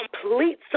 complete